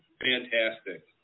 Fantastic